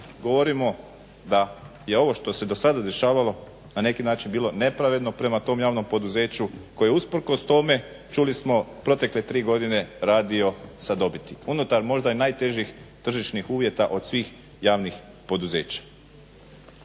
govorimo da je ovo što se do sada dešavalo na neki način bilo nepravedno prema tom javnom poduzeću koje je usprkos tome, čuli smo, protekle tri godine radio sa dobiti, unutar možda i najtežih tržišnih uvjeta od svih javnih poduzeća.